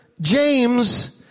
James